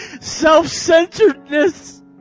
Self-centeredness